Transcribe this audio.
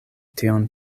tion